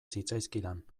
zitzaizkidan